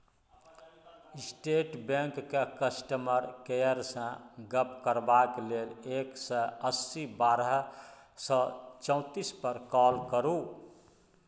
state बैंकक customer केयरसँ गप्प करबाक लेल एक सय अस्सी बारह सय चौतीस पर काँल करु